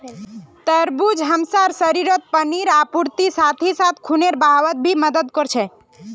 तरबूज हमसार शरीरत पानीर आपूर्तिर साथ ही साथ खूनेर बहावत भी मदद कर छे